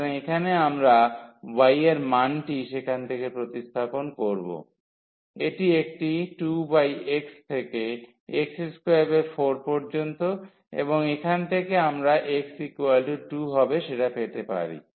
সুতরাং এখানে আমরা y এর মানটি সেখান থেকে প্রতিস্থাপন করব এটি একটি 2x থেকে x24 পর্যন্ত এবং এখান থেকে আমরা x2 হবে সেটা পেতে পারি